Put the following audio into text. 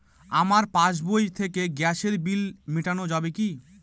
আমার পাসবই থেকে গ্যাসের বিল মেটানো যাবে কি?